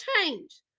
change